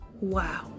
Wow